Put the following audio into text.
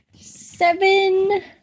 Seven